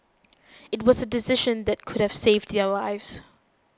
it was a decision that could have saved their lives